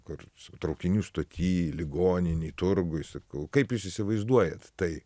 kur traukinių stoty ligoninėj turguj sakau kaip jūs įsivaizduojat tai